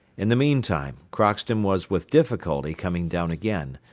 in the meantime crockston was with difficulty coming down again,